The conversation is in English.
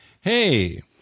hey